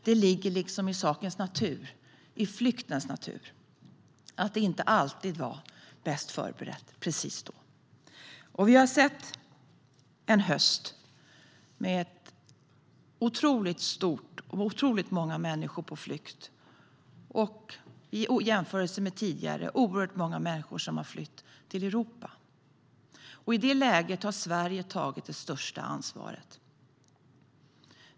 Det ligger liksom i sakens natur - i flyktens natur - att det inte var som bäst förberett precis då. Vi har sett en höst med otroligt många människor på flykt. I jämförelse med tidigare har det varit oerhört många människor som har flytt till Europa. I det läget har Sverige tagit det största ansvaret.